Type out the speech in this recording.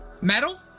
Metal